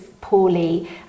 poorly